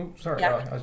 Sorry